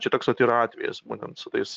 čia toks vat yra atvejis būtent su tais